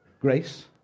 grace